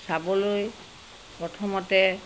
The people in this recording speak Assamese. চাবলৈ প্ৰথমতে